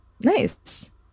Nice